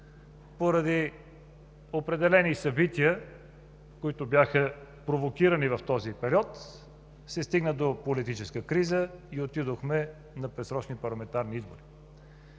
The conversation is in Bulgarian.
Поради определени събития, които бяха провокирани в този период, се стигна до политическа криза и отидохме на предсрочни парламентарни избори.